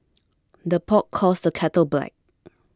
the pot calls the kettle black